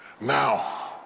Now